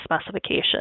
specification